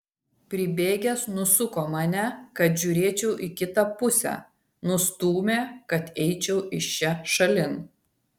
pribėgęs nusuko mane kad žiūrėčiau į kitą pusę nustūmė kad eičiau iš čia šalin